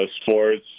sports